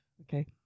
okay